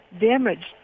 damaged